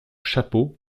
chapeaux